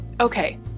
Okay